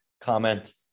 comment